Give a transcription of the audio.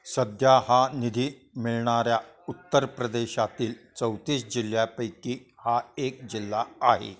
सध्या हा निधी मिळणाऱ्या उत्तर प्रदेशातील चौतीस जिल्ह्यापैकी हा एक जिल्हा आहे